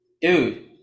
Dude